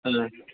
ହଁ